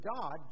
God